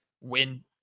win